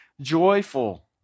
joyful